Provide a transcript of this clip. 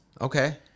okay